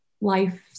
life